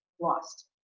lost